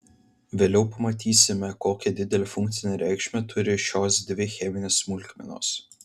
vėliau pamatysime kokią didelę funkcinę reikšmę turi šios dvi cheminės smulkmenos